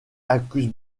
accuse